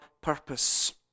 purpose